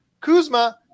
Kuzma